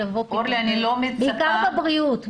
בעיקר בבריאות.